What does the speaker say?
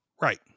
Right